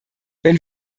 wenn